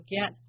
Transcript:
get